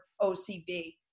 OCB